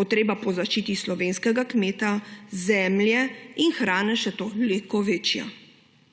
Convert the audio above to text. potreba po zaščiti slovenskega kmeta, zemlje in hrane še toliko večja.